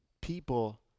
people